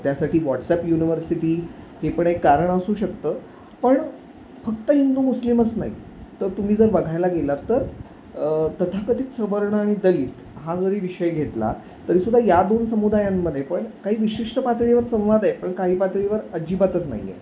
त्यासाठी WhatsApp university हे पण एक कारण असू शकतं पण फक्त हिंदू मुस्लिमच नाही तर तुम्ही जर बघायला गेलात तर तथाकथीत सवर्ण आणि दलित हा जरी विषय घेतला तरी सुद्धा या दोन समुदायांमध्ये पण काही विशिष्ट पातळीवर संवाद आहे पण काही पातळीवर अजिबातच नाही आहे